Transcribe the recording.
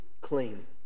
clean